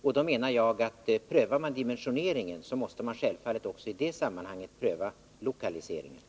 Om man prövar frågan om dimensioneringen, måste man självfallet också i det sammanhanget pröva lokaliseringsfrågan.